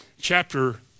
chapter